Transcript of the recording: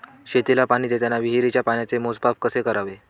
शेतीला पाणी देताना विहिरीच्या पाण्याचे मोजमाप कसे करावे?